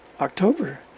October